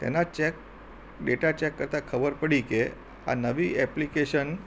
તેના check data check કરતાં ખબર પડી કે આ નવી એપ્લિકેશન